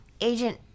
Agent